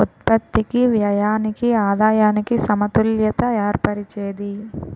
ఉత్పత్తికి వ్యయానికి ఆదాయానికి సమతుల్యత ఏర్పరిచేది